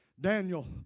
Daniel